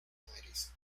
committees